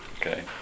Okay